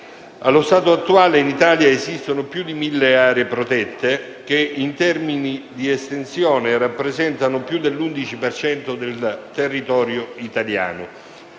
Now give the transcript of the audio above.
Allo stato attuale in Italia esistono più di mille aree protette che, in termini di estensione, rappresentano più dell'11 per cento del territorio italiano.